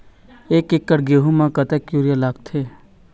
एक एकड़ गेहूं म कतक यूरिया लागथे?